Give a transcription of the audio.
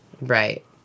Right